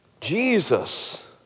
Jesus